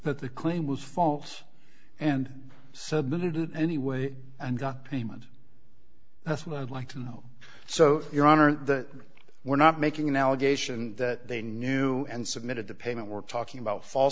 that the claim was false and submitted it anyway and got payment that's what i'd like to know so your honor that we're not making an allegation that they knew and submitted the payment we're talking about fal